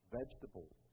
vegetables